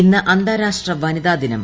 ഇന്ന് അന്താരാഷ്ട്ര വനിതാ ദിനം